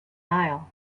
aisle